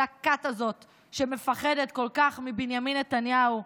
כל הכת הזאת שמפחדת כל כך מבנימין נתניהו,